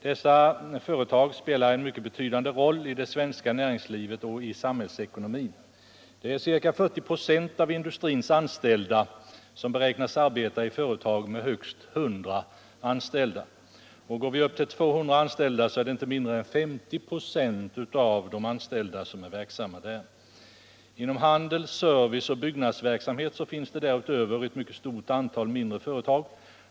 Dessa företag spelar en mycket betydande roll i det svenska näringslivet och i samhällsekonomin. Det är ca 40 9 av de industrianställda som beräknas arbeta i företag med högst 100 anställda, och går vi upp till 200 anställda blir siffran inte mindre än 50 4. Inom handel, service och byggnadsverksamhet finns det därutöver ett mycket stort antal mindre företag.